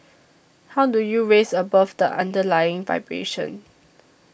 how do you rise above the underlying vibration